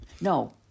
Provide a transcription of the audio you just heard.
No